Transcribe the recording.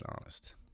Honest